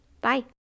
Bye